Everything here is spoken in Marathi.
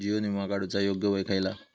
जीवन विमा काडूचा योग्य वय खयला?